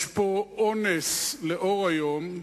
יש פה אונס לאור היום,